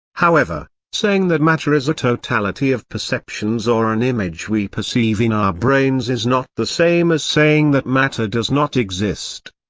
however, saying that matter is a totality of perceptions or an image we perceive in our brains is not the same as saying that matter does not exist.